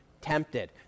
tempted